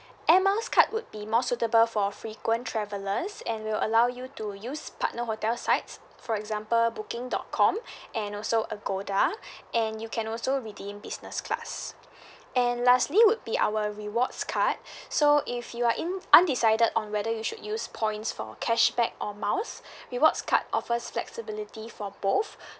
air miles card would be more suitable for frequent travellers and will allow you to use partner hotel sites for example booking dot com and also agoda and you can also redeem business class and lastly would be our rewards card so if you are in~ undecided on whether you should use points for cashback or miles rewards card offers flexibility for both